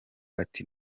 ati